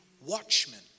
watchmen